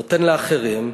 נותן לאחרים,